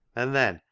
and then,